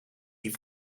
die